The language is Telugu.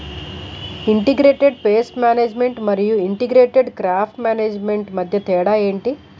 ఇంటిగ్రేటెడ్ పేస్ట్ మేనేజ్మెంట్ మరియు ఇంటిగ్రేటెడ్ క్రాప్ మేనేజ్మెంట్ మధ్య తేడా ఏంటి